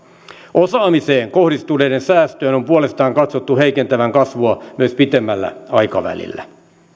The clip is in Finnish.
osaamiseen kohdistuneiden säästöjen on puolestaan katsottu heikentävän kasvua myös pidemmällä aikavälillä